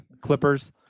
Clippers